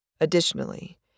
Additionally